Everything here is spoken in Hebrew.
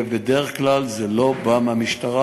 ובדרך כלל זה לא בא מהמשטרה.